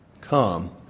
come